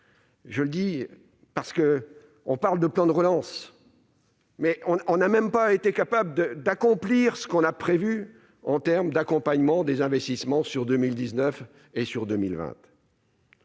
nos territoires. On parle de plan de relance, mais on n'a même pas été capable d'accomplir ce qui avait été prévu en termes d'accompagnement des investissements en 2019 et 2020